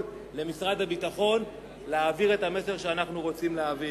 למשרד הביטחון להעביר את המסר שאנחנו רוצים להעביר.